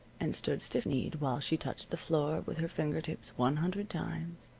and stood stiff-kneed while she touched the floor with her finger tips one hundred times,